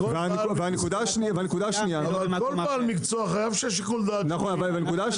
אבל כל בעל מקצוע חייב שיקול דעת מקצועי וענייני,